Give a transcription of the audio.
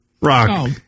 Rock